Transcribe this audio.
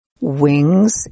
wings